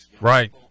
Right